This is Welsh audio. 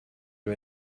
dyw